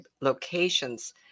locations